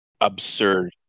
absurd